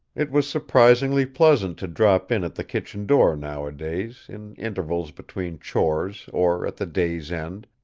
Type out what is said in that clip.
it was surprisingly pleasant to drop in at the kitchen door nowadays, in intervals between chores or at the day's end,